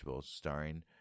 starring